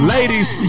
Ladies